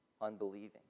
unbelieving